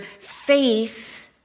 faith